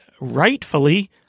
rightfully